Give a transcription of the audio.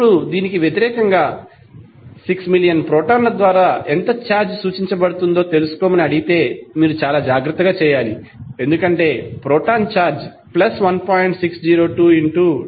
ఇప్పుడు దీనికి వ్యతిరేకంగా 6 మిలియన్ ప్రోటాన్ల ద్వారా ఎంత ఛార్జ్ సూచించ బడుతుందో తెలుసుకోమని అడిగితే మీరు చాలా జాగ్రత్తగా చేయాలి ఎందుకంటే ప్రోటాన్ ఛార్జ్ 1